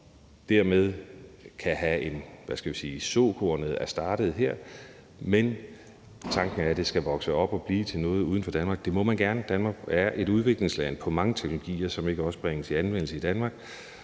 dermed kan sige, at frøet er sået her, men hvor tanken er, at det skal vokse op og blive til noget uden for Danmark? Det må man gerne. Danmark er et udviklingsland i forhold til mange teknologier, som ikke bringes i anvendelse i Danmark.